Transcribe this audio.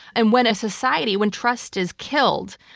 and when a society, when trust is killed,